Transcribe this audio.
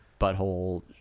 butthole